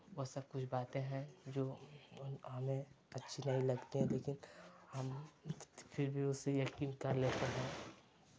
वो सब कुछ बातें हैं जो हमें अच्छी नहीं लगती हैं लेकिन हम फिर भी उसे यकीन कर लेते हैं